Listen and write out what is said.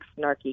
snarky